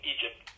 Egypt